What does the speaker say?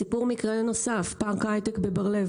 סיפור מקרה נוסף, פארק ההיי-טק בבר לב.